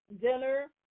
dinner